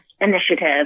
Initiative